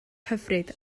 hyfryd